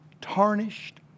tarnished